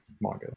manga